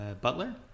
Butler